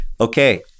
Okay